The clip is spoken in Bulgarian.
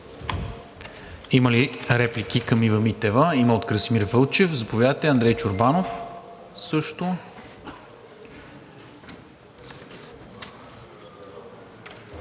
Има ли реплики към Ива Митева? Има от Красимир Вълчев, Андрей Чорбанов също.